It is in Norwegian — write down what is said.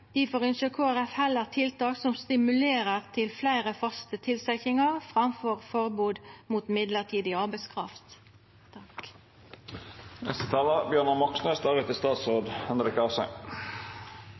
Difor ønskjer Kristeleg Folkeparti heller tiltak som stimulerer til fleire faste tilsetjingar, enn forbod mot mellombels arbeidskraft.